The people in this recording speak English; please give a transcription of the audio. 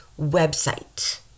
website